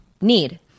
need